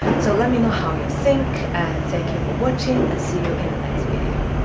so let me know how you think and thank you for watching and see you in the next video!